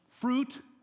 fruit